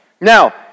Now